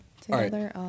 together